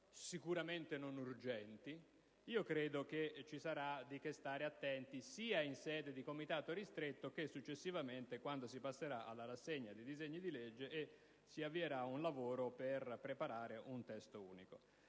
sicuramente non urgenti - credo che ci sarebbe di che stare attenti sia in sede di Comitato ristretto che successivamente, quando si passerà alla rassegna dei disegni di legge e si avvierà un lavoro di preparazione del testo unico.